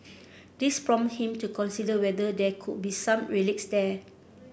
this prompted him to consider whether there could be some relics there